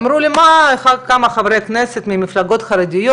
אמרו לי כמה חברי כנסת מהמפלגות החרדיות,